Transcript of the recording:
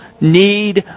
need